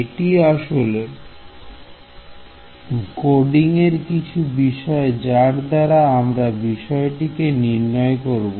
এটি আসলে কোডিং এর একটি বিষয় যার দ্বারা আমরা বিষয়টি নির্ণয় করব